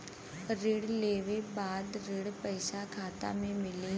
ऋण लेवे के बाद ऋण का पैसा खाता में मिली?